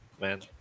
Man